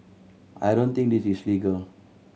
I don't think this is legal